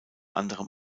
anderem